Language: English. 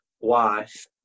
wife